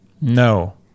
No